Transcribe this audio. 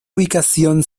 ubicación